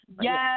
Yes